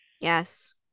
Yes